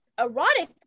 erotic